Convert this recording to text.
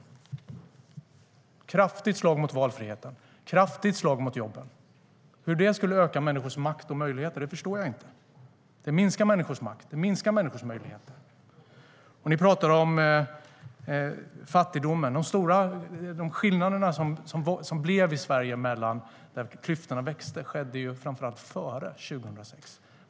Det är ett kraftigt slag mot valfriheten, ett kraftigt slag mot jobben. Hur det skulle öka människors makt och möjligheter förstår jag inte. Det minskar människors makt. Det minskar människors möjligheter. Ni pratar om fattigdomen. De skillnader som uppstod i Sverige när klyftorna växte tillkom framför allt före 2006.